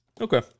Okay